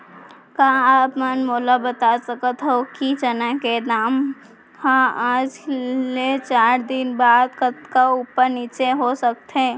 का आप मन मोला बता सकथव कि चना के दाम हा आज ले चार दिन बाद कतका ऊपर नीचे हो सकथे?